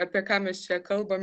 apie ką mes čia kalbam